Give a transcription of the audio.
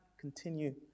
continue